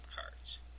cards